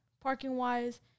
parking-wise